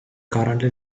currently